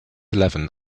eleven